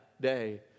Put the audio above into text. day